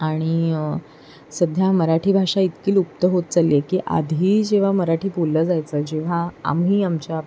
आणि सध्या मराठी भाषा इतकी लुप्त होत चालली आहे की आधी जेव्हा मराठी बोललं जायचं जेव्हा आम्ही आमच्या